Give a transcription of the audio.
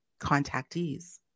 contactees